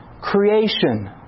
creation